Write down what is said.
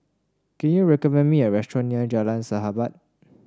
can you recommend me a restaurant near Jalan Sahabat